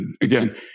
Again